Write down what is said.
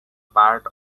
part